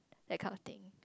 that kind of thing